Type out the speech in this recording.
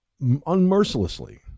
unmercilessly